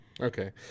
Okay